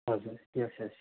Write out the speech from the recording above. हजुर yes yes